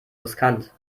riskant